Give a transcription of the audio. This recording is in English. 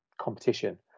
competition